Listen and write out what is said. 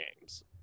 games